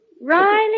Riley